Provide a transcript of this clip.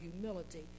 humility